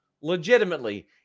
legitimately